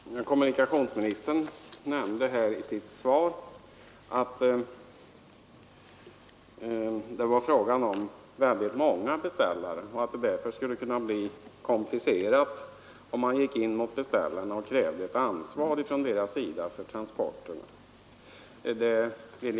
Herr talman! Kommunikationsministern nämnde i sitt svar att det var många beställare och att det därför skulle bli komplicerat, om man gick in och krävde ansvar av beställaren för transporterna.